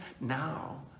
now